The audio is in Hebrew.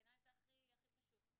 בעיניי זה הכי פשוט,